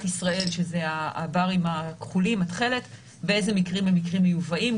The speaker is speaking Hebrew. ישראל שזה הברים בצבע תכלת ואיזה מקרים הם מקרים מיובאים.